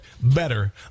better